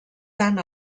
tant